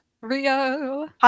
Rio